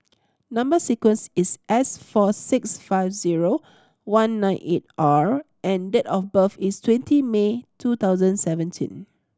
number sequence is S four six five zero one nine eight R and date of birth is twenty May two thousand seventeen